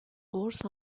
قرص